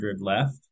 left